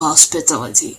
hospitality